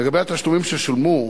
לגבי התשלומים ששולמו,